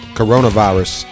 coronavirus